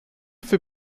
für